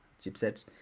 chipset